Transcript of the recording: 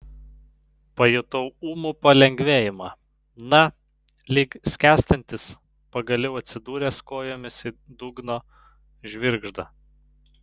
pajutau ūmų palengvėjimą na lyg skęstantis pagaliau atsidūręs kojomis į dugno žvirgždą